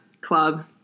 club